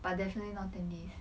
but definitely not ten days